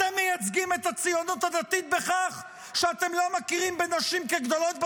אתם מייצגים את הציונות הדתית בכך שאתם לא מכירים בנשים כגדולות בתורה?